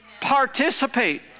participate